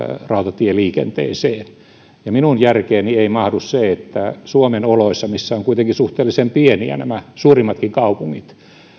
rautatieliikenteeseen minun järkeeni ei mahdu se että suomen oloissa missä ovat kuitenkin suhteellisen pieniä nämä suurimmatkin kaupungit